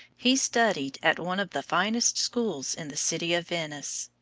he studied at one of the finest schools in the city of venice.